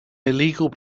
illegal